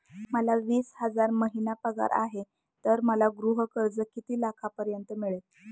मला वीस हजार महिना पगार आहे तर मला गृह कर्ज किती लाखांपर्यंत मिळेल?